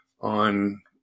on